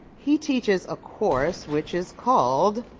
he teaches a course which is called